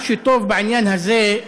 מה שטוב בעניין הזה הוא